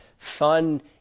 fun